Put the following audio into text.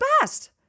best